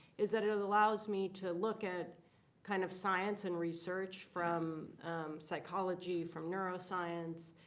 is that it allows me to look at kind of science and research from psychology, from neuroscience,